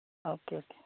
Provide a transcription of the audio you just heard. okay okay